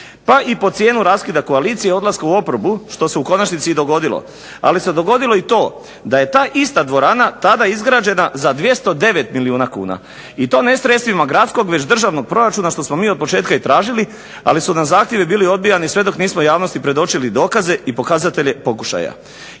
pa i po cijenu raskida koalicije, odlaska u oporbu što se u konačnici i dogodilo. Ali se dogodilo i to da je ta ista dvorana tada izgrađena za 209 milijuna kuna i to ne sredstvima gradskog, već državnog proračuna što smo mi od početka i tražili ali su nam zahtjevi bili odbijani sve dok nismo javnosti predočili dokaze i pokazatelje pokušaja.